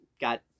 got